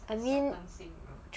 I mean